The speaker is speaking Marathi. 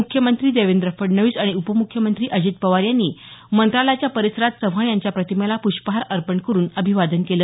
मुख्यमंत्री देवेंद्र फडणवीस आणि उपमुख्यमंत्री अजित पवार यांनी मंत्रालयाच्या परिसरात चव्हाण यांच्या प्रतिमेला पृष्पहार अर्पण करून अभिवादन केलं